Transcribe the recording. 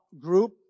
group